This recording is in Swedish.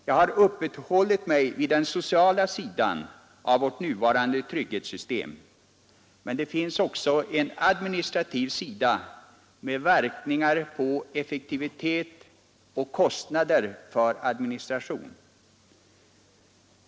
Jag har uppehållit mig vid den sociala sidan av vårt nuvarande trygghetssystem, men det finns också en administrativ sida med verkningar på effektivitet och kostnader för administration.